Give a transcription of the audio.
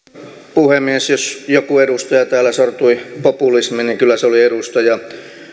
puhemies jos joku edustaja täällä sortui populismiin niin kyllä se oli edustaja